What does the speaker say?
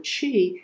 chi